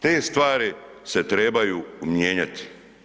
Te stvari se trebaju mijenjati.